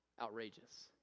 outrageous